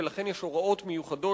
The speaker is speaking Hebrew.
ולכן יש הוראות מיוחדות,